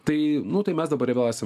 tai nu tai mes dabar vėl esam